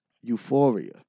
Euphoria